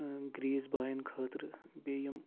گریٖس بایَن خٲطرٕ بیٚیہِ یِم